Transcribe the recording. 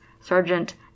Sergeant